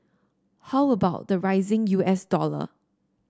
how about the rising U S dollar